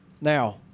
Now